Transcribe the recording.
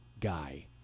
guy